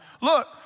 Look